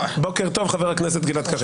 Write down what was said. בוקר טוב, חבר הכנסת גלעד קריב.